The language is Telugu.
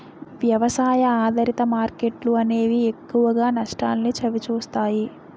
వ్యవసాయ ఆధారిత మార్కెట్లు అనేవి ఎక్కువగా నష్టాల్ని చవిచూస్తాయి